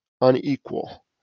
unequal